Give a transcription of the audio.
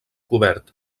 cobert